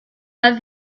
mal